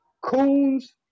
Coons